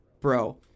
bro